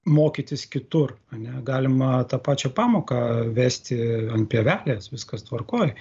mokytis kitur ar ne galima tą pačią pamoką vesti ant pievelės viskas tvarkoj